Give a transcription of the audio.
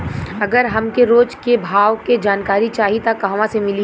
अगर हमके रोज के भाव के जानकारी चाही त कहवा से मिली?